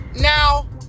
Now